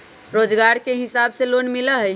रोजगार के हिसाब से लोन मिलहई?